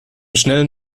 schnellen